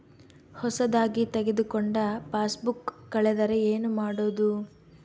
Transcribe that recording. ಹೊಸದಾಗಿ ತೆಗೆದುಕೊಂಡ ಪಾಸ್ಬುಕ್ ಕಳೆದರೆ ಏನು ಮಾಡೋದು?